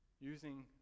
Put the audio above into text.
using